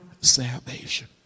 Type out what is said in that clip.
salvation